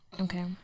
Okay